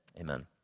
Amen